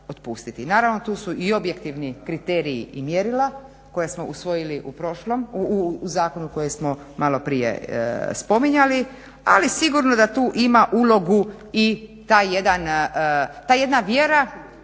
naravno tu su i objektivni kriteriji i mjerila koja smo usvojili u zakonu koje smo maloprije spominjali ali sigurno da tu ima ulogu i taj jedna vjera